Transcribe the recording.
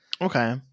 Okay